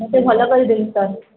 ମୋତେ ଭଲ କରିଦେବେ ସାର୍